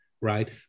right